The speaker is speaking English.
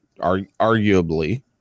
arguably